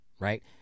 Right